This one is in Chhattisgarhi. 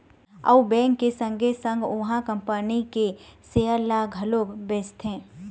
अउ बेंक के संगे संग ओहा अपन कंपनी के सेयर ल घलोक बेचथे